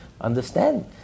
understand